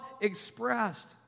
expressed